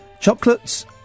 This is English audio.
Chocolates